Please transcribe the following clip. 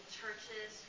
churches